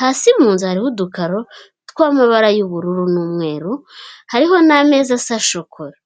hasi mu nzu hariho udukaro tw’amabara y'ubururu n’umweru, hariho n'ameza asa shokora.